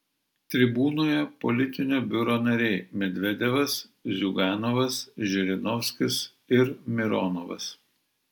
tribūnoje politinio biuro nariai medvedevas ziuganovas žirinovskis ir mironovas